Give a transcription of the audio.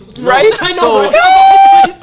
right